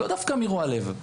לאו דווקא מרוע לב.